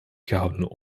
gehouden